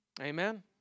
Amen